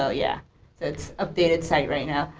so yeah it's a big site right now.